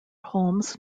holmes